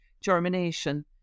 germination